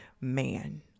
man